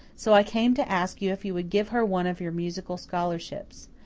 so i came to ask you if you would give her one of your musical scholarships.